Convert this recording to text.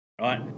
right